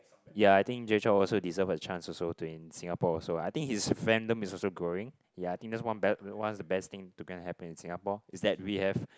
ya I think Jay-Chou also deserves a chance also to in Singapore also I think his fandom is also growing ya I think that's one bes~ the best thing to go and happen in Singapore is that we have